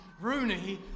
Rooney